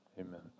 amen